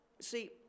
See